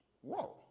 whoa